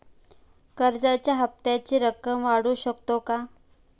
कर्जाच्या हप्त्याची रक्कम वाढवू शकतो का?